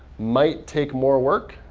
might take more work.